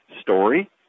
story